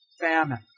famine